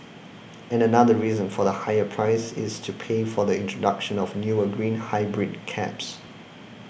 and another reason for the higher price is to pay for the introduction of newer green hybrid cabs